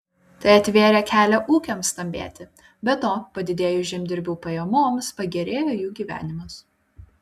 tai atvėrė kelią ūkiams stambėti be to padidėjus žemdirbių pajamoms pagerėjo jų gyvenimas